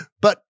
But-